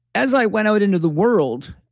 as i went out into the world,